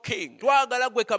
King